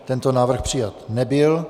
Tento návrh přijat nebyl.